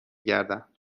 گردم